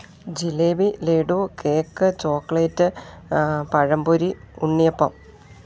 jalebi laddu cake chocolate പഴം പൊരി ഉണ്ണിയപ്പം